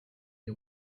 des